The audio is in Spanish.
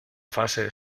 fase